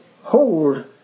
hold